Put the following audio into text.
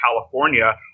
California